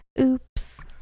Oops